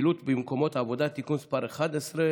(הגבלת פעילות במקומות עבודה) (תיקון מס' 11),